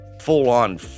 full-on